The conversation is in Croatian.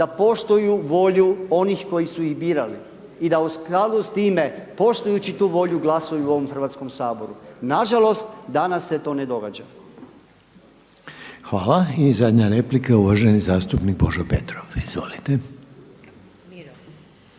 da poštuju volju onih koji su ih birali i da u skladu s time poštujući tu volju glasuju u ovom Hrvatskom saboru. Nažalost, danas se to ne događa. **Reiner, Željko (HDZ)** Hvala lijepa. I zadnja replika uvaženi zastupnik Božo Petrov. Izvolite.